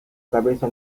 cabeza